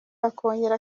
akongera